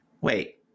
Wait